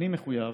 אני מחויב